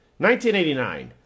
1989